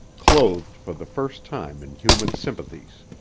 clothed for the first time in human sympathies.